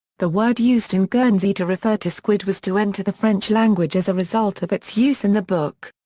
the word used in guernsey to refer to squid was to enter the french language as a result of its use in the book.